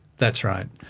that's right.